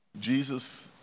Jesus